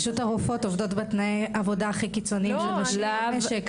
פשוט הרופאות עובדות בתנאי עבודה הכי קיצוניים במשק.